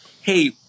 hey